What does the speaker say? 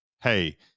hey